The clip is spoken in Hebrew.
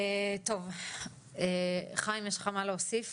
חיים, יש לך מה להוסיף?